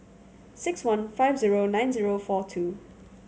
six one five zero nine zero four two